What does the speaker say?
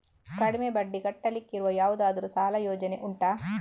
ಕಡಿಮೆ ಬಡ್ಡಿ ಕಟ್ಟಲಿಕ್ಕಿರುವ ಯಾವುದಾದರೂ ಸಾಲ ಯೋಜನೆ ಉಂಟಾ